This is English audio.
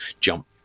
jump